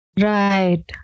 Right